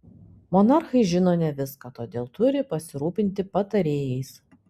monarchai žino ne viską todėl turi pasirūpinti patarėjais